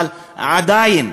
ועדיין,